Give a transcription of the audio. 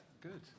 Good